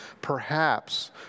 Perhaps